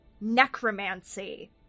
necromancy